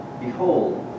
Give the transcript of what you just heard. Behold